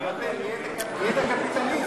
נהיית קפיטליסט.